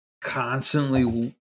constantly